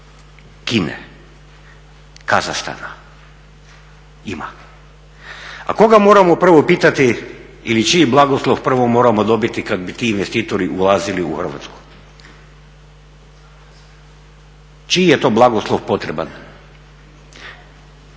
Kine, Kazahstana? Ima. A koga moramo prvo pitati ili čiji blagoslov prvo moramo dobiti kada bi ti investitori ulazili u Hrvatsku? Čiji je to blagoslov potreban?